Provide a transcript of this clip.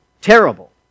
terrible